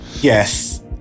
Yes